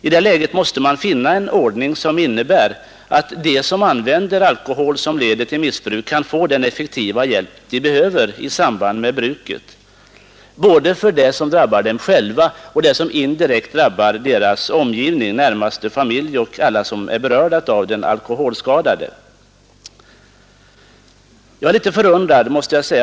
I det läget måste man finna en ordning som innebär att de som missbrukar alkohol kan få den effektiva hjälp de behöver både för det som drabbar dem själva och för det som indirekt drabbar deras omgivning — den närmaste familjen och andra som berörs — och så att bruk som tenderar att bli missbruk kan motverkas innan det leder till medicinska skador.